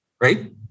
Right